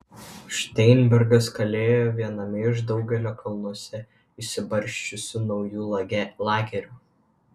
šteinbergas kalėjo viename iš daugelio kalnuose išsibarsčiusių naujų lagerių